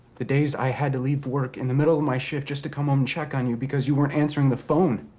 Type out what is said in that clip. the days i had to leave work in the middle of my shift just to come home and check on you because you weren't answering the phone,